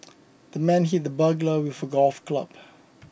the man hit the burglar with a golf club